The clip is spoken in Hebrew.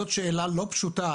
זאת שאלה לא פשוטה,